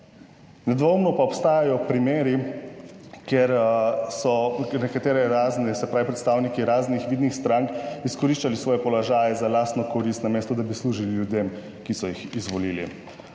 Nedvomno pa obstajajo primeri, kjer so nekatere razne, se pravi predstavniki raznih vidnih strank, izkoriščali svoje položaje za lastno korist, namesto, da bi služili ljudem, ki so jih izvolili.